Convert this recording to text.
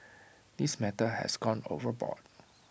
this matter has gone overboard